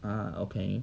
ah okay